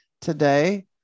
today